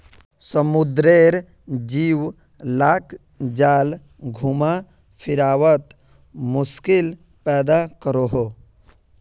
समुद्रेर जीव लाक जाल घुमा फिरवात मुश्किल पैदा करोह